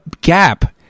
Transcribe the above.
gap